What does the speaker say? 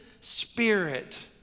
spirit